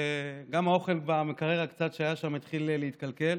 גם קצת האוכל שהיה במקרר שם התחיל להתקלקל.